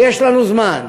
יש לנו זמן.